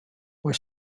were